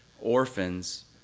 orphans